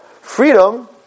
freedom